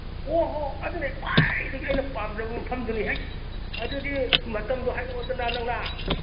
ꯑꯣ ꯍꯣ ꯑꯗꯨꯅꯦ ꯈ꯭ꯋꯥꯏꯗꯒꯤ ꯑꯩꯅ ꯄꯥꯝꯖꯕ ꯃꯐꯝꯁꯨꯅꯤ ꯍꯦꯛ ꯑꯗꯨꯗꯤ ꯃꯇꯝꯗꯣ ꯍꯥꯏꯔꯛꯑꯣꯗꯅ ꯅꯪꯅ